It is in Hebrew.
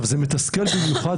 זה מתסכל במיוחד,